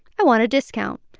i want a discount.